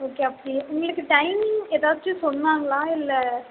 okay அப்படியா உங்களுக்கு timing எதாச்சும் சொன்னாங்களா இல்லை